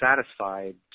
satisfied